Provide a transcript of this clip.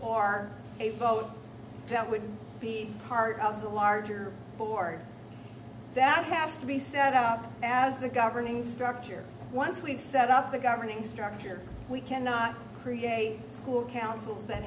are a vote that would be part of the larger board that has to be set up as the governing structure once we've set up the governing structure we cannot create councils that